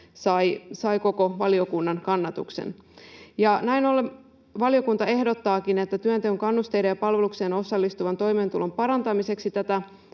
sai koko valiokunnan kannatuksen. Näin ollen valiokunta ehdottaakin, että työnteon kannusteiden ja palvelukseen osallistuvan toimeentulon parantamiseksi tätä